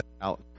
out